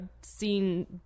seen